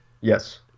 Yes